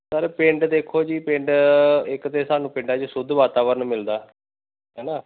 sir ਪਿੰਡ ਦੇਖੋ ਜੀ ਪਿੰਡ ਇੱਕ ਤਾਂ ਸਾਨੂੰ ਪਿੰਡਾਂ 'ਚ ਸ਼ੁੱਧ ਵਾਤਾਵਰਨ ਮਿਲਦਾ ਹੈ ਨਾ